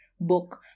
book